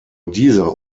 dieser